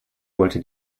wollte